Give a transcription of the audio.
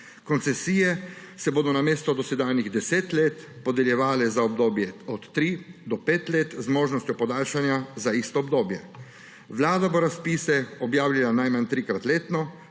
Koncesije se bodo namesto dosedanjih 10 let podeljevale za obdobje od tri do pet let z možnostjo podaljšanja za isto obdobje. Vlada bo razpise objavljala najmanj trikrat letno,